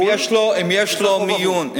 אם יש לו מיון.